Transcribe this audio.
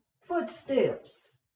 footsteps